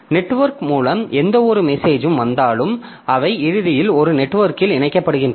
network மூலம் எந்தவொரு மெசேஜும் வந்தாலும் அவை இறுதியில் ஒரு நெட்வொர்க்கில் இணைக்கப்படுகின்றன